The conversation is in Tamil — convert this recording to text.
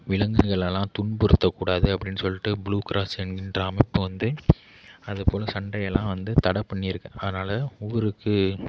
விலங்குகளெலாம் துன்புறுத்தக்கூடாது அப்படின்னு சொல்லிகிட்டு ப்ளூ கிராஸ் என்கின்ற அமைப்பு வந்து அதை போல் சண்டை எல்லாம் வந்து தடை பண்ணி இருக்குது அதனால் ஊருக்கு